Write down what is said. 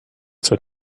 zur